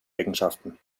eigenschaften